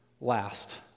last